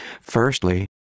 Firstly